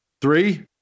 three